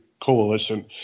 Coalition